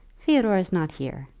theodore is not here,